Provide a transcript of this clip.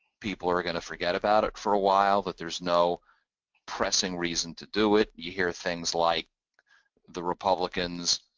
people are going to forget about it for a while, that there's no pressing reason to do it, you hear things like the republicans,